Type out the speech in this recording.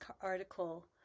article